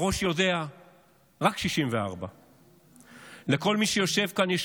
הראש יודע רק 64. לכל מי שיושב כאן יש